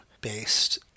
based